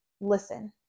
listen